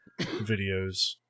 videos